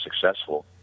successful